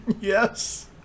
yes